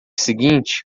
seguinte